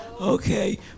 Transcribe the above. Okay